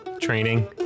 training